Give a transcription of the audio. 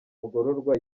mugororwa